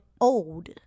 old